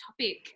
topic